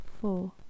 four